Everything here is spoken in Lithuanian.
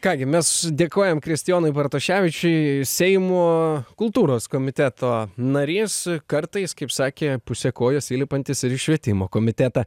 ką gi mes dėkojam kristijonui bartoševičiui seimo kultūros komiteto narys kartais kaip sakė puse kojos įlipantis ir į švietimo komitetą